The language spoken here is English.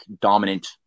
dominant